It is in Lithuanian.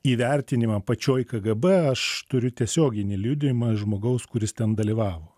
įvertinimą pačioj kgb aš turiu tiesioginį liudijimą žmogaus kuris ten dalyvavo